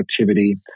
activity